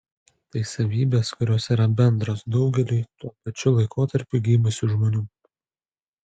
tai savybės kurios yra bendros daugeliui tuo pačiu laikotarpiu gimusių žmonių